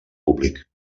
públic